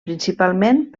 principalment